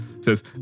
says